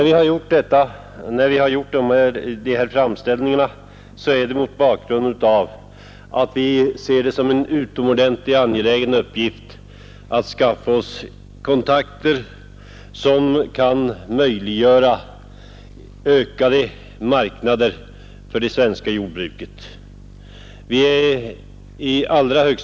Vi har gjort dessa framställningar mot bakgrund av att vi ser det som en utomordentligt angelägen uppgift att skaffa kontakter som kan göra det möjligt för det svenska jordbruket att få vidgade marknader.